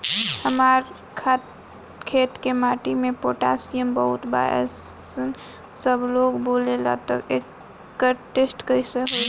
हमार खेत के माटी मे पोटासियम बहुत बा ऐसन सबलोग बोलेला त एकर टेस्ट कैसे होई?